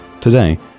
Today